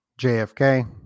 JFK